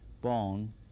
bone